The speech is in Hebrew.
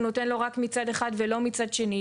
הוא נותן לו רק מצד אחד ולא מצד שני,